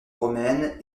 romaine